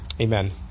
Amen